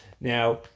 Now